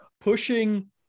pushing